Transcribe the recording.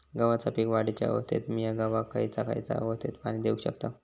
गव्हाच्या पीक वाढीच्या अवस्थेत मिया गव्हाक खैयचा खैयचा अवस्थेत पाणी देउक शकताव?